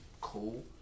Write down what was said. cool